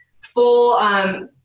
full –